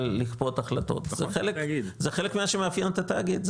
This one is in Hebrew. לכפות החלטות זה חלק ממה שמאפיין את התאגיד,